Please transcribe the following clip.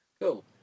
Cool